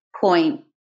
point